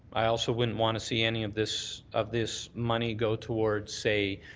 i also wouldn't want to see any of this of this money go towards, say,